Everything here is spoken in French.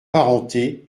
parenté